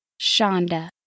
Shonda